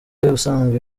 ubusanzwe